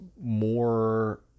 more